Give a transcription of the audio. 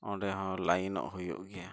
ᱚᱸᱰᱮᱦᱚᱸ ᱼᱚᱜ ᱦᱩᱭᱩᱜ ᱜᱮᱭᱟ